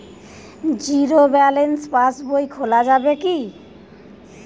Zero balance pass বই খোলা যাবে কি?